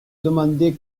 demandé